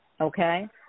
okay